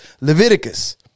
Leviticus